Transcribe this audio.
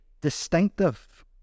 distinctive